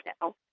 now